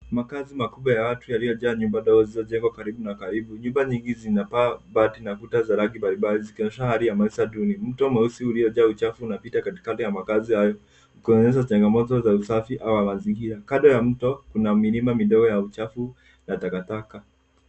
Makaazi makubwa ya watu yaliyojaa nyumba ndogo zilizojengwa karibu na karibu. Nyumba nyingi zina paa mabati na kuta za rangi mbalimbali, zikionyesha hali ya maisha duni. Mto mweusi uliojaa uchafu unapita katikati ya makaazi haya, kuonyesha changamoto za usafi wa mazingira. Kando ya mto kuna milima midogo ya uchafu na takataka.